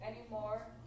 anymore